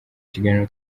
kiganiro